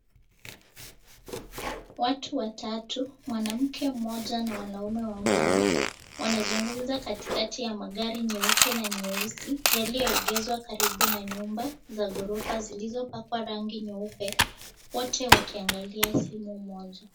Watu watatu, mwanamke mmoja na wanaume wawili, wanazungumza katikati ya magari nyeupe na nyeusi yaliyoegezwa karibu na nyumba za ghorofa zilizopakwa rangi nyeupe, wote wakiangalia simu moja.